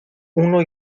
uno